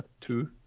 Two